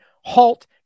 halt